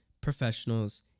professionals